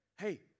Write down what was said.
hey